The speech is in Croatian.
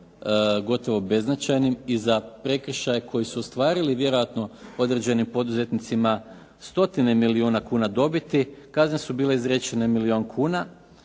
gotovo beznačajnim i za prekršaj koji su ostvarili vjerojatno određenim poduzetnicima stotine milijuna kuna dobiti, kazne su bile izrečene milijun kuna.